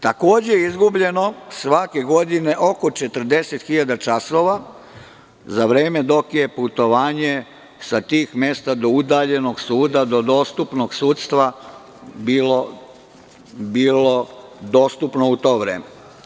Takođe je izgubljeno svake godine oko 40 hiljada časova za vreme dok je putovanje sa tih mesta do udaljenog suda, do dostupnog sudstva, bilo dostupno u to vreme.